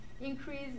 increase